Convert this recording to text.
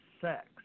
sex